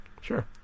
Sure